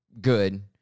good